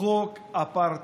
בפעם הבאה